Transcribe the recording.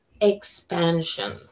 expansion